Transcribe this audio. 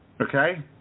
okay